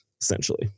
essentially